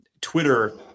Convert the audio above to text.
Twitter